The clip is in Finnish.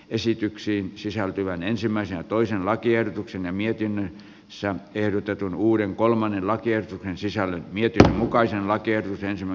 esitykseen sisältyvän ensimmäisen ja toisen lakiehdotuksen mietinnön jossa erotetun uuden kolmannen lakien sisällön mietinnön mukaisen vai kielteisemmin